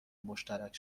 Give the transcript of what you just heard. مشترک